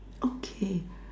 okay